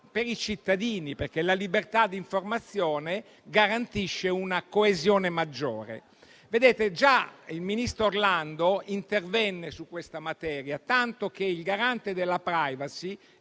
per i cittadini, perché la libertà d'informazione garantisce una coesione maggiore. Vedete, già il ministro Orlando intervenne su questa materia, tanto che il Garante della *privacy*